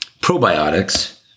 probiotics